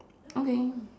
okay